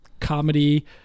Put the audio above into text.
comedy